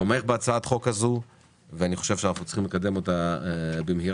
תומך בהצעת החוק הזו ואני חושב שאנחנו צריכים לקדם אותה במהרה.